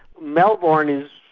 melbourne is,